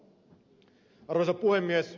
arvoisa puhemies